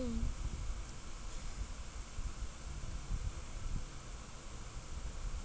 mm